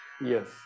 Yes